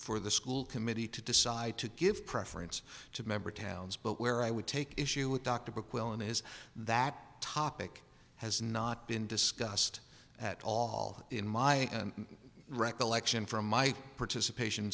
for the school committee to decide to give preference to member towns but where i would take issue with dr brook willem is that topic has not been discussed at all in my recollection from my participation